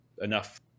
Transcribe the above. enough